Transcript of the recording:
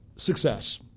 Success